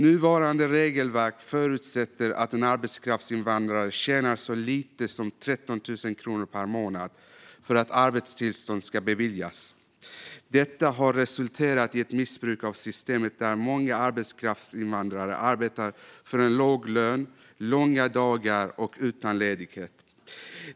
Nuvarande regelverk förutsätter att en arbetskraftsinvandrare kan tjäna så lite som 13 000 kronor per månad för att arbetstillstånd ska beviljas. Detta har resulterat i ett missbruk av systemet där många arbetskraftsinvandrare arbetar för en låg lön med långa dagar och utan ledighet.